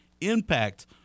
impact